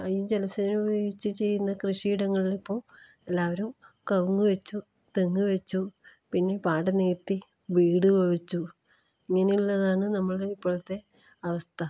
ഈ ജലസേചനം ഉപയോഗിച്ച് ചെയ്യുന്ന കൃഷിയിടങ്ങളിളിപ്പോൾ എല്ലാവരും കവുങ്ങ് വച്ചു തെങ്ങ് വച്ചു പിന്നെ പാടം നികത്തി വീട് വച്ചു ഇങ്ങനെയുള്ളതാണ് നമ്മുടെ ഇപ്പോഴത്തെ അവസ്ഥ